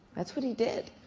that's what he did.